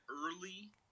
early